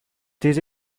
this